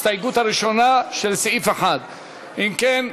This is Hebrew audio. ההסתייגות הראשונה לסעיף 1. אם כך,